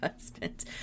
husband